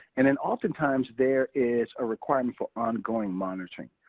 and then oftentimes there is a requirement for ongoing monitoring.